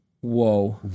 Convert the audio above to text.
Whoa